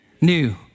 new